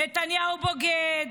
נתניהו בוגד.